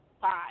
five